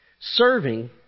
serving